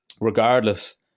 regardless